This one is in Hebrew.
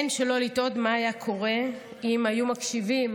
אי-אפשר שלא לתהות מה היה קורה אם היו מקשיבים